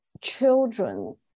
children